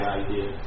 idea